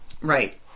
Right